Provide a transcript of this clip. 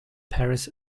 paris